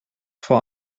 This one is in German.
vor